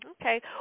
Okay